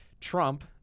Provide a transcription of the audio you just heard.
Trump